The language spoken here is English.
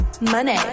Money